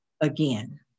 Again